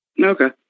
Okay